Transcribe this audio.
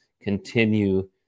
continue